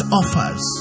offers